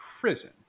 prison